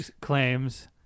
claims